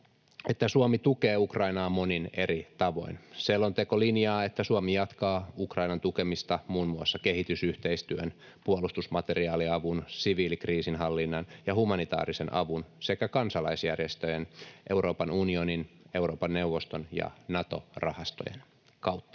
Suomi tukee Ukrainaa monin eri tavoin. Selonteko linjaa, että Suomi jatkaa Ukrainan tukemista muun muassa kehitysyhteistyön, puolustusmateriaaliavun, siviilikriisinhallinnan ja humanitaarisen avun sekä kansalaisjärjestöjen, Euroopan unionin, Euroopan neuvoston ja Nato-rahastojen kautta.